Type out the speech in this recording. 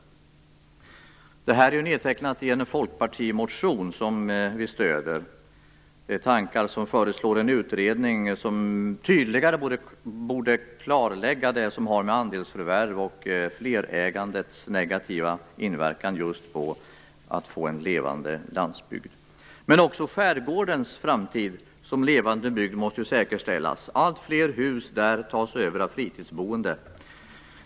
Det här är nedtecknat i en folkpartimotion som vi stöder. Det föreslås en utredning som tydligare klarlägger det som rör andelsförvärvens och flerägandets negativa inverkan på strävan att få en levande landsbygd. Men också skärgårdens framtid som levande bygd måste säkerställas. Alltfler hus där tas över av fritidsboende.